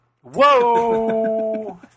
Whoa